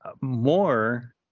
more